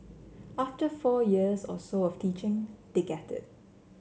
after four years or so of teaching they get it